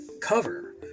cover